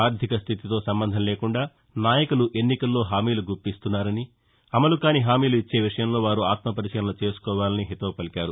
ఆర్దిక స్దితితో సంబంధం లేకుండా నాయకులు ఎన్నికల్లో హామీలు గుప్పిస్తున్నారని అమలు కాని హామీలు ఇచ్చే విషయంలో వారు ఆత్మ పరిశీలన చేసుకోవాలని హితవు పలికారు